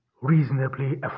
reasonably